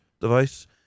device